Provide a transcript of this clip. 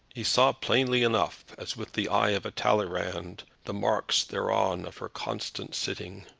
he saw plainly enough, as with the eye of a talleyrand, the marks thereon of her constant sitting.